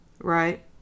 Right